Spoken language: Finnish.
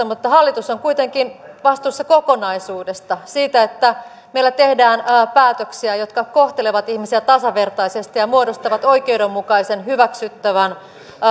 mutta hallitus on kuitenkin vastuussa kokonaisuudesta siitä että meillä tehdään päätöksiä jotka kohtelevat ihmisiä tasavertaisesti ja muodostavat oikeudenmukaisen hyväksyttävän